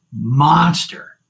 monster